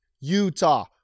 Utah